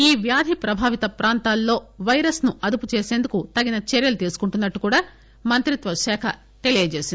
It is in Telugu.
ఈ వ్యాధి ప్రభావిత ప్రాంతాల్లో పైరస్ ను అదుపు చేసేందుకు తగిన చర్చలు తీసుకుంటున్నట్లు కూడా మంత్రిత్వశాఖ తెలిపింది